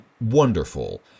wonderful